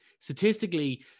statistically